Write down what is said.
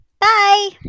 Bye